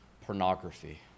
pornography